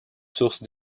source